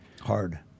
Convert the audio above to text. Hard